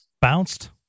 Bounced